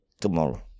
tomorrow